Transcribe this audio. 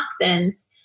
toxins